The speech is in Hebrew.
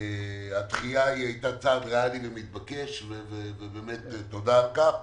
הדחייה הייתה צעד ריאלי ומתבקש ותודה על כך,